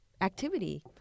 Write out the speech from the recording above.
activity